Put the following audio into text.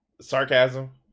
sarcasm